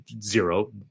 zero